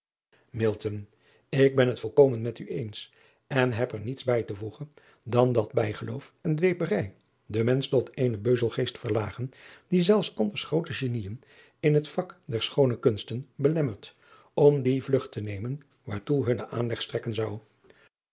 k ben het volkomen met u eens en heb er niets bij te voegen dan dat bijgeloof en dweeperij den mensch tot eenen beuzelgeest verlagen die zelfs anders groote eniën in het vak der schoone kunsten belemmert om die vlugt te nemen waartoe hunne aanleg strekken zou